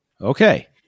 Okay